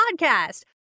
podcast